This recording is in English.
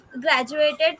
graduated